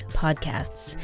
podcasts